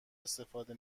استفاده